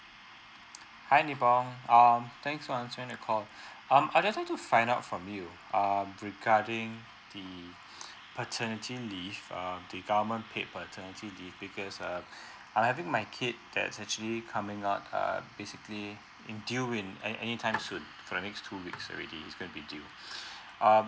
hi nebong um thanks for answering the call um I just like to find out from you um regarding the paternity leave um the government paid paternity leave because uh I having my kid that is actually coming out uh basically in due in in any time soon for the next two weeks already is going to be due uh